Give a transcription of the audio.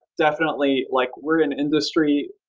definitely, like we're an industry,